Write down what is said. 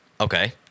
Okay